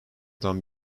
tam